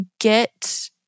get